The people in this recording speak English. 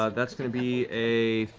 ah that's gonna be a